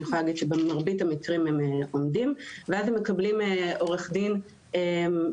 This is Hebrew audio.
אני יכולה להגיד שבמרבית המקרים הם עומדים ואז הם מקבלים עורך דין שמתמחה